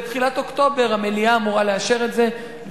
בתחילת אוקטובר המליאה אמורה לאשר את זה,